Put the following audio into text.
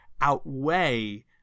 outweigh